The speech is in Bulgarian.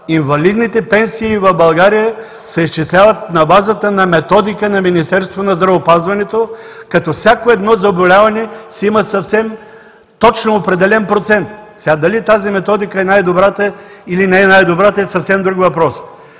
инвалидните пенсии в България се изчисляват на базата на методика на Министерство на здравеопазването като всяко едно заболяване си има съвсем точно определен процент. Дали тази методика е най-добрата, или не е най-добрата е съвсем друг въпрос.